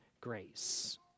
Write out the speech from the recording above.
grace